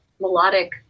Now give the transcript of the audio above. melodic